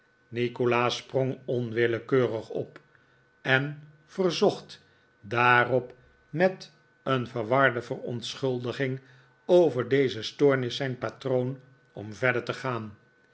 nikolaas sprong onwillekeurig op en verzocht daarop met een verwarde verontschuldiging over deze stoornis zijn patroon om verder te gaan